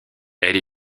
elle